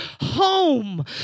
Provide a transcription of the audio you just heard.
home